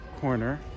corner